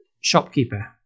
shopkeeper